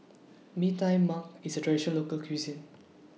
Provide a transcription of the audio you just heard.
Mee Tai Mak IS A Traditional Local Cuisine